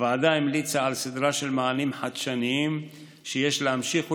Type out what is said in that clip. הוועדה המליצה על סדרה של מענים חדשניים שיש להמשיך ולפתח,